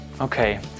Okay